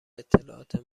اطلاعات